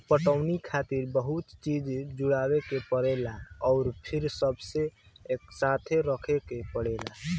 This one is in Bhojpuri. पटवनी खातिर बहुते चीज़ जुटावे के परेला अउर फिर सबके एकसाथे रखे के पड़ेला